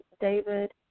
David